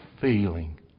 feeling